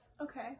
Okay